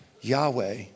Yahweh